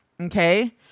Okay